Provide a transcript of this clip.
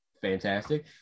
fantastic